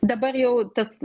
dabar jau tas